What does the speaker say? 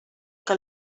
que